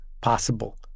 possible